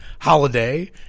holiday